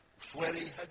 sweaty